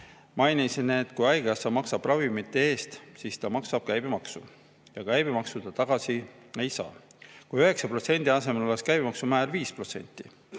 Mina mainisin, et kui haigekassa maksab ravimite eest, siis ta maksab käibemaksu ja käibemaksu ta tagasi ei saa. Kui 9% asemel oleks käibemaksu määr 5%,